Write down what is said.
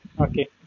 Okay